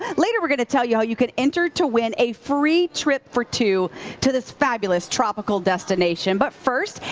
later, we're going to tell you how you can enter to win a free trip for two to this fabulous tropical destination. but first,